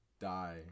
die